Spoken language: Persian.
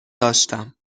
داشتم